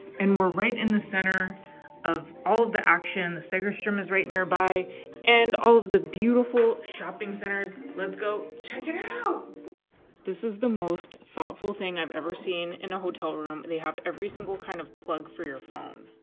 and we're right in the center of all of the action the sacrum sacrum is right nearby and all of the beautiful shopping centers let's go check it out this is the most thoughtful thing i've ever seen in a hotel room they have every single kind of plug for your phone